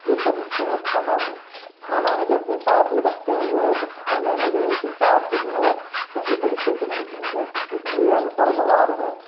ये पहुँचते हैं थाना में थाना में जब अपनी बात ये रखते हैं जो है तो थाने में जो है इनकी बात को जो है सही तरीके से नहीं सुनी जाती क्योंकि ये अनपढ़ गंवार हैं